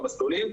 המסלולים,